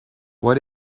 what